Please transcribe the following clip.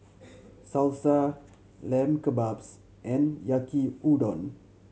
Salsa Lamb Kebabs and Yaki Udon